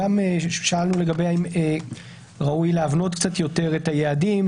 שאלנו גם האם ראוי להבנות קצת יותר את היעדים,